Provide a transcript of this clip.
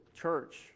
church